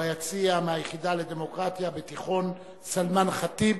היחידה לדמוקרטיה ביציע מתיכון "סלמאן חטיב".